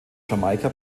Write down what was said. jamaika